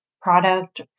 product